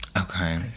Okay